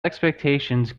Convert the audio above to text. expectations